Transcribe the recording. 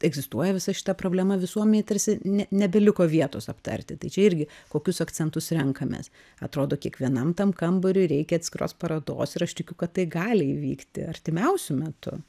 egzistuoja visa šita problema visuomenėj tarsi ne nebeliko vietos aptarti tai čia irgi kokius akcentus renkamės atrodo kiekvienam tam kambariui reikia atskiros parodos ir aš tikiu kad tai gali įvykti artimiausiu metu